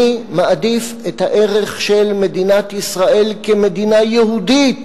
אני מעדיף את הערך של מדינת ישראל כמדינה יהודית,